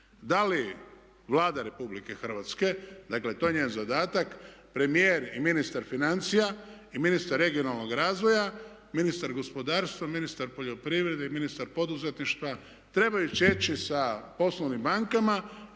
Da li Vlada Republike Hrvatske, dakle to je njen zadatak, premijer i ministar financija i ministar regionalnog razvoja, ministar gospodarstva, ministar poljoprivrede i ministar poduzetništva trebaju …/Govornik